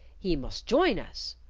he must join us.